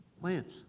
Plants